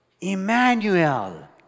Emmanuel